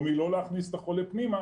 או מלא להכניס את החולה פנימה,